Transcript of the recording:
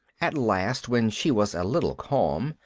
at last, when she was a little calm,